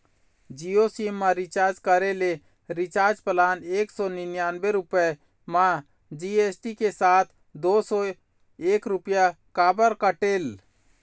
Jio sim मा recharge करे ले रिचार्ज प्लान एक सौ निन्यानबे रुपए मा जी.एस.टी के साथ दो सौ एक रुपया काबर कटेल?